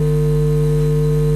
חבר